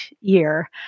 year